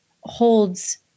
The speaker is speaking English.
holds